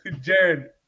Jared